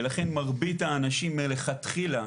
ולכן מרבית האנשים שמגיעים לשם לכתחילה,